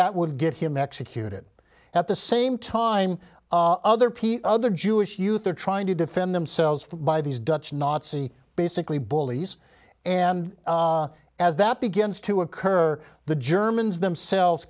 that would get him executed at the same time other p other jewish youth they're trying to defend themselves by these dutch nazi basically bullies and as that begins to occur the germans themselves